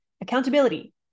Accountability